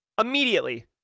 Immediately